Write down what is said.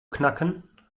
knacken